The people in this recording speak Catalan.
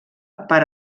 per